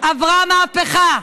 עברה מהפכה,